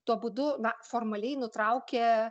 tuo būdu formaliai nutraukė